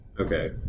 Okay